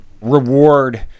reward